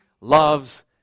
loves